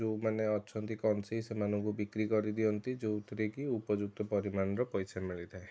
ଯେଉଁମାନେ ଅଛନ୍ତି କଂସେଇ ସେମାନଙ୍କୁ ବିକ୍ରି କରି ଦିଅନ୍ତି ଯେଉଁଥିରେକି ଉପଯୁକ୍ତ ପରିମାଣର ପଇସା ମିଳିଥାଏ